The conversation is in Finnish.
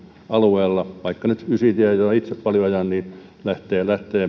alueella vaikka nyt ysitie jota paljon ajan lähtee